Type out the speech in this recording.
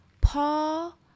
Paul